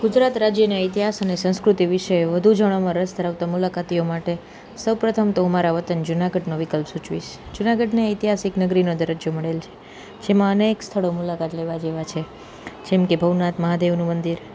ગુજરાત રાજ્યના ઈતિહાસ અને સંસ્કૃતિ વિશે વધુ જાણવામાં રસ ધરાવતા મુલાકાતીઓ માટે સૌપ્રથમ તો હું મારા વતન જુનાગઢનો વિકલ્પ સૂચવીશ જુનાગઢને ઐતિહાસિક નગરીનો દરજ્જો મળેલ છે જેમાં અનેક સ્થળો મુલાકાત લેવા જેવા છે જેમકે ભવનાથ મહાદેવનું મંદિર